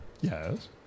Yes